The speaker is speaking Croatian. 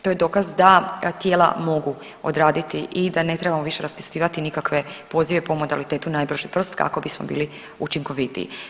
To je dokaz da tijela mogu odraditi i da ne trebamo više raspisivati nikakve pozive po modalitetu najbrži prst kako bismo bili učinkovitiji.